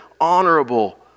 honorable